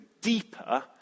deeper